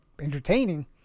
entertaining